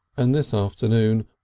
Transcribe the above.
and this afternoon,